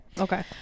Okay